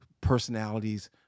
personalities